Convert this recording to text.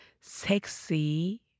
sexy